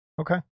Okay